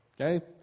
okay